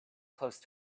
close